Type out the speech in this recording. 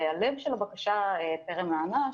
והלב של הבקשה טרם נענה,